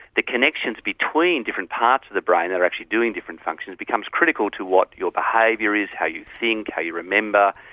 the connections between different parts of the brain are actually doing different functions becomes critical to what your behaviour is, how you think, how you remember,